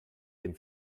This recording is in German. dem